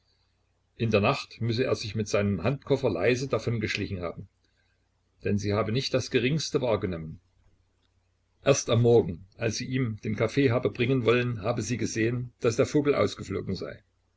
in der nacht müsse er sich mit seinem handkoffer leise davon geschlichen haben denn sie habe nicht das geringste wahrgenommen erst am morgen als sie ihm den kaffee habe bringen wollen habe sie gesehen daß der vogel ausgeflogen sei